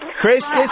Chris